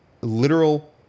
literal